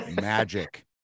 magic